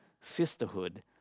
sisterhood